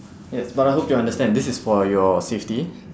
yes but I hope you understand this is for your safety